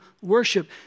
worship